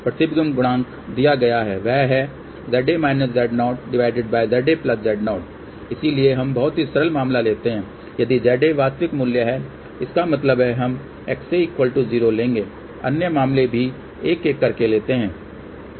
प्रतिबिंब गुणांक दिया गया है वह है इसलिए हम बहुत ही सरल मामला लेते है यदि ZA वास्तविक मूल्य है इसका मतलब है हम XA 0 लेंगे अन्य मामले भी एक एक करके लेते है